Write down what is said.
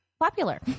popular